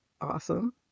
awesome